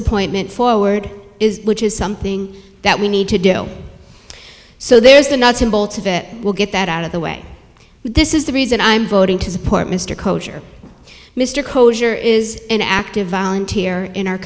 appointment forward which is something that we need to deal so there is the nuts and bolts of it we'll get that out of the way this is the reason i'm voting to support mr cocksure mr cocksure is an active volunteer in our